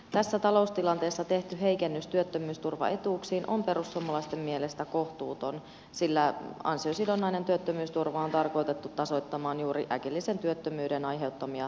tässä taloustilanteessa tehty heikennys työttömyysturvaetuuksiin on perussuomalaisten mielestä kohtuuton sillä ansiosidonnainen työttömyysturva on tarkoitettu tasoittamaan juuri äkillisen työttömyyden aiheuttamia taloudellisia seurauksia